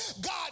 God